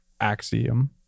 axiom